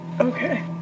Okay